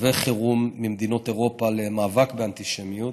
וחירום ממדינות אירופה למאבק באנטישמיות,